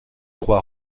roi